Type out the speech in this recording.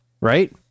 right